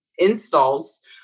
installs